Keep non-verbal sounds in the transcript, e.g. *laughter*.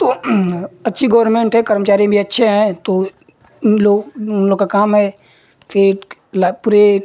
तो अच्छी गवर्नमेन्ट है कर्मचारी भी अच्छे हैं तो लोग उन लोग का काम है *unintelligible*